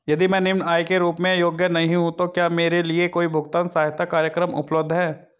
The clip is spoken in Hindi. यदि मैं निम्न आय के रूप में योग्य नहीं हूँ तो क्या मेरे लिए कोई भुगतान सहायता कार्यक्रम उपलब्ध है?